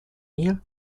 мир